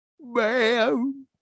man